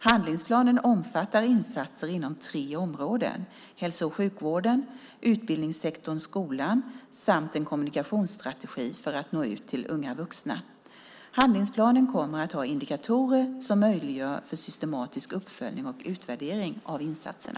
Handlingsplanen omfattar insatser inom tre områden: hälso och sjukvården, utbildningssektorn och skolan samt en kommunikationsstrategi för att nå ut till unga vuxna. Handlingsplanen kommer att ha indikatorer som möjliggör systematisk uppföljning och utvärdering av insatserna.